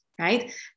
right